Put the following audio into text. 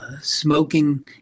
smoking